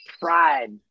pride